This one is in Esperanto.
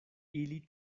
ili